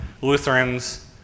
Lutherans